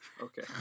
Okay